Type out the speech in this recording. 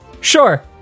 Sure